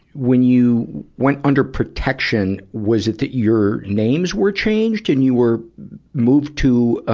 when you went under protection, was it that your names were changed and you were moved to, ah,